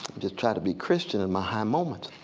just try to be christian in my high moments.